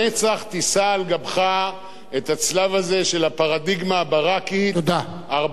את הצלב הזה של הפרדיגמה הברקית: ארבעה שרים שווים ח"כ אחד.